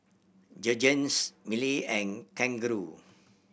Jergens Mili and Kangaroo